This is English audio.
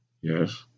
Yes